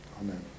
Amen